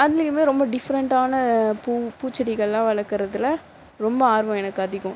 அதுலேயுமே ரொம்ப டிஃப்ரண்ட்டான பூ பூச்செடிகள்லாம் வளர்க்கறதுல ரொம்ப ஆர்வம் எனக்கு அதிகம்